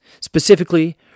specifically